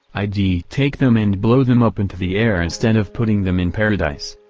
i d take them and blow them up into the air instead of putting them in paradise.